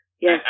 Yes